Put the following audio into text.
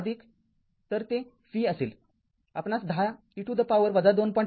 तर ते v असेल आपणास १० e to the power २